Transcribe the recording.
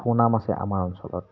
সুনাম আছে আমাৰ অঞ্চলত